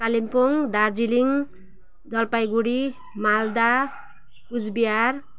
Kalimpong Darjeeling Jalpaiguri Malda Cooch Behar